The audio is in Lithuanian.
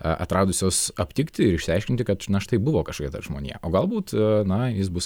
atradusios aptikti ir išsiaiškinti kad na štai buvo kažkada ta žmonija o galbūt na jis bus